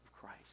Christ